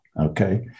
okay